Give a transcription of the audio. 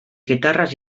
guitarres